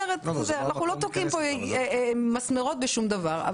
אנחנו לא תוקעים פה מסמרות בשום דבר.